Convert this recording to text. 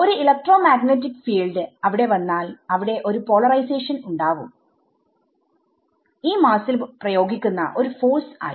ഒരു electromagnetic field അവിടെ വന്നാൽ അവിടെ ഒരു പോളറൈസേഷൻഉണ്ടാവും ഈ മാസ്സിൽ പ്രയോഗിക്കുന്ന ഒരു ഫോഴ്സ് ആയി